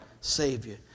Savior